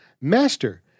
Master